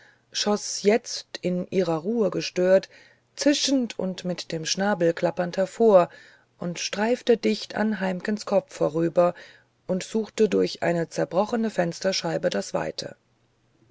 schoß jetzt in ihrer ruhe gestört zischend und mit dem schnabel klappernd hervor streifte dicht an heimkens kopfe vorüber und suchte durch eine zerbrochene fensterscheibe das weite